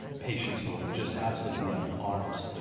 patients will just absolutely be up in arms.